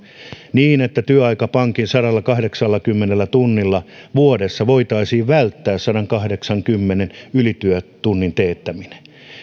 niin että työaikapankin sadallakahdeksallakymmenellä tunnilla vuodessa voitaisiin välttää sadankahdeksankymmenen ylityötunnin teettäminen